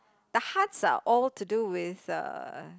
the hearts are all to do with uh